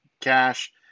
cash